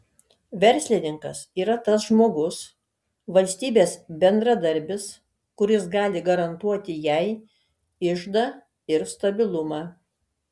verslininkas yra tas žmogus valstybės bendradarbis kuris gali garantuoti jai iždą ir stabilumą